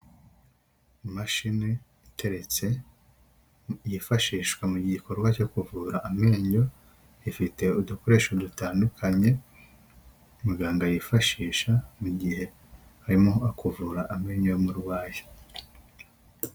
Imashini iteretse yifashishwa mu gikorwa cyo kuvura amenyo, ifite udukoresho dutandukanye muganga yifashisha mu gihe arimo kuvura amenyo y'umurwayi.